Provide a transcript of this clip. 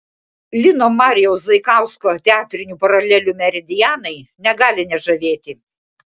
lino marijaus zaikausko teatrinių paralelių meridianai negali nežavėti